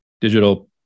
digital